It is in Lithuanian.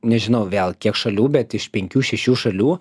nežinau vėl kiek šalių bet iš penkių šešių šalių